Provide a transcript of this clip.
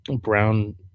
Brown